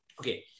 Okay